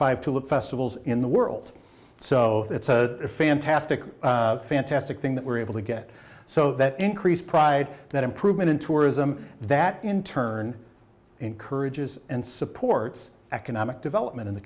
five to look festivals in the world so it's a fantastic fantastic thing that we're able to get so that increased pride that improvement in tourism that in turn encourages and supports economic development in the